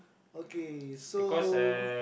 okay so